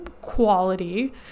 quality